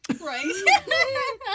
right